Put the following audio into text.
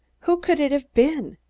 who could it have been?